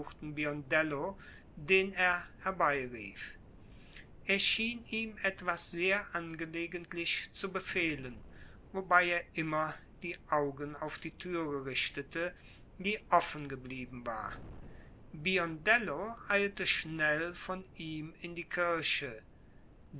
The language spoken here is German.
den er herbeirief er schien ihm etwas sehr angelegentlich zu befehlen wobei er immer die augen auf die türe richtete die offen geblieben war biondello eilte schnell von ihm in die kirche